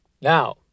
Now